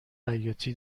خیاطی